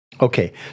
Okay